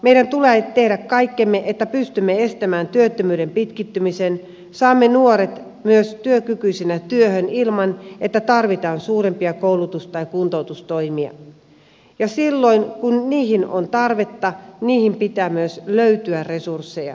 meidän tulee tehdä kaikkemme että pystymme estämään työttömyyden pitkittymisen ja saamme nuoret myös työkykyisinä työhön ilman että tarvitaan suurempia koulutus tai kuntoutustoimia ja silloin kun niihin on tarvetta niihin pitää myös löytyä resursseja